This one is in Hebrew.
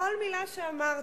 בכל מלה שאמרת.